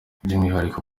by’umwihariko